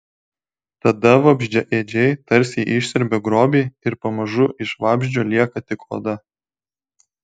tada vabzdžiaėdžiai tarsi išsiurbia grobį ir pamažu iš vabzdžio lieka tik oda